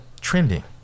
trending